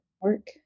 work